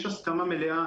יש הסכמה מלאה.